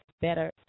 better